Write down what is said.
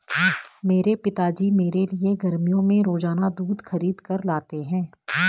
मेरे पिताजी मेरे लिए गर्मियों में रोजाना दूध खरीद कर लाते हैं